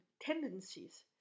tendencies